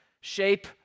shape